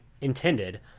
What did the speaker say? intended